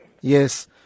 Yes